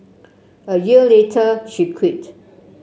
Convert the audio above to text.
a year later she quit